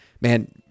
man